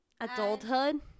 adulthood